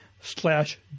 slash